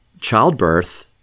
childbirth